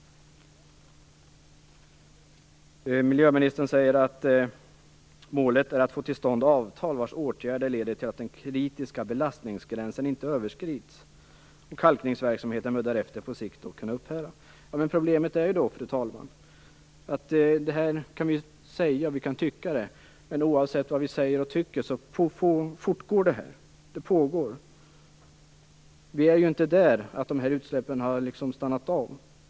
Miljöministern säger att målet är att få till stånd avtal vars åtgärder leder till att den kritiska belastningsgränsen inte överskrids. Kalkningsverksamheten bör därefter på sikt kunna upphöra. Problemet är dock, fru talman, att vi kan säga och tycka så, men oavsett vad vi säger och tycker fortgår detta. Vi är inte där än; utsläppen har inte stannat av.